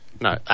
No